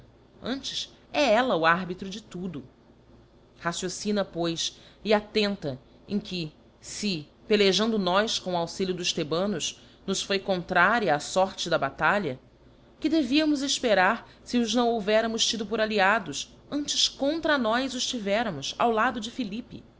antes c ella o arbitro de tudo raciocina pois c attenta em que se pelejando nós com o auxilio dos thebanos nos foi contraria a forte da batalha que deveríamos efperar fe os não houvéramos tido por alliados antes contra nós os tivéramos ao lado de philippe